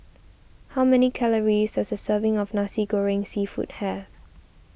how many calories does a serving of Nasi Goreng Seafood have